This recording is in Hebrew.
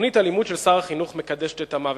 תוכנית הלימוד של שר החינוך מקדשת את המוות.